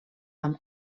amb